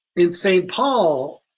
in saint paul,